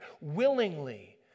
willingly